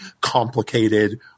complicated